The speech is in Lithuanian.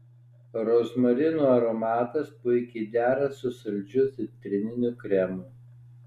rozmarinų aromatas puikiai dera su saldžiu citrininiu kremu